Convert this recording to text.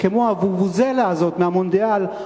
כמו ה"וובוזלה" הזאת מהמונדיאל,